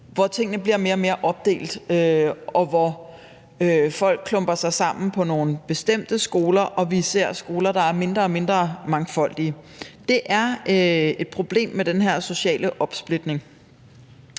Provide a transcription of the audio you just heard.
hvor tingene bliver mere og mere opdelt, og hvor folk klumper sig sammen på nogle bestemte skoler, og hvor vi ser skoler, der er mindre og mindre mangfoldige. Det er et problem med den her sociale opsplitning.